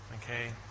Okay